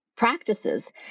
practices